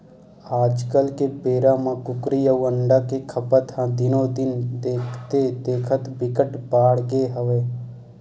आजकाल के बेरा म कुकरी अउ अंडा के खपत ह दिनो दिन देखथे देखत बिकट बाड़गे हवय